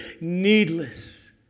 needless